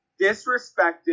disrespected